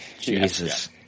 jesus